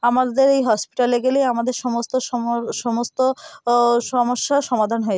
আমাদের এই হসপিটালে গেলে আমাদের সমস্ত সমর সমস্ত ও সমস্যার সমাধান হয়